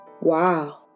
Wow